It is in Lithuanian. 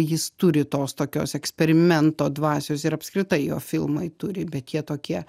jis turi tos tokios eksperimento dvasios ir apskritai jo filmai turi bet jie tokie